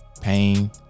pain